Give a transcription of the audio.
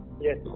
Yes